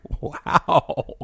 Wow